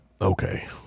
Okay